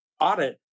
Audit